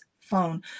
phone